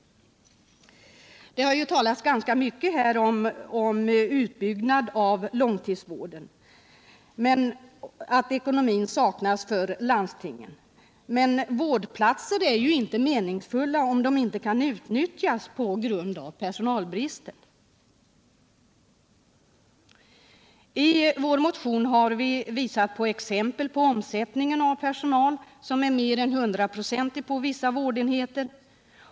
Det har talats ganska mycket här om utbyggnaden av långtidsvården och om att ekonomin inte är tillräcklig för landstingen, men vårdplatser är ju inte meningsfulla om de inte kan utnyttjas på grund av personalbrist. I vår motion har vi givit exempel på att omsättningen av personal är mer än hundraprocentig på vissa vårdenheter.